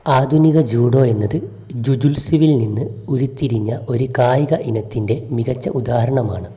ആധുനിക ജൂഡോ എന്നത് ജുജുത്സുവിൽ നിന്ന് ഉരുത്തിരിഞ്ഞ ഒരു കായിക ഇനത്തിൻ്റെ മികച്ച ഉദാഹരണമാണ്